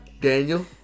Daniel